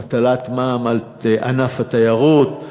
הטלת מע"מ על ענף התיירות,